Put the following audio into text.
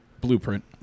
blueprint